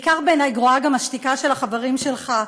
בעיקר בעיני גרועה השתיקה של החברים שלך.